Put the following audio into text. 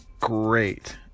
great